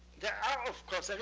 there are, of course there is,